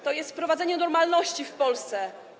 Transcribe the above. To jest wprowadzenie normalności w Polsce.